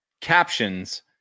captions